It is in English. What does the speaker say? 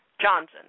Johnson